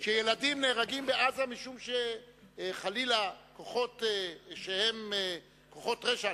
שילדים נהרגים בעזה משום שחלילה כוחות שהם כוחות רשע,